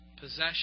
possession